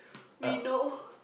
we know